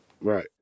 Right